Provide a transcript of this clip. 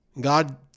God